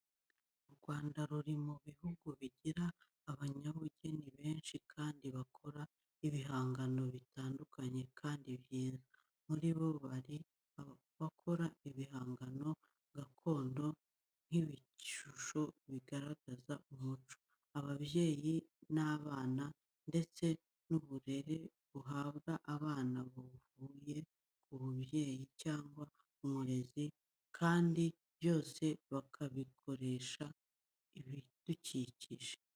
U Rwanda ruri mu bihugu bigira abanyabugeni benshi kandi bakora ibihangano bitandukanye kandi byiza, muri bo hari abakora ibihangano gakondo nk'ibishusho bigaragaza umuco, ababyeyi n'abana, ndetse n'uburere buhabwa abana buvuye k'umubyeyi cyangwa umurezi kandi byose bakabikoresha ibidukikije.